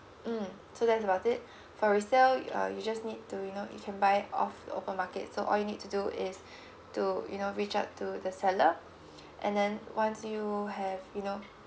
mm so that's about it for resale uh you just need to you know you can buy off the open market so all you need to do is to you know reach out to the seller and then once you have you know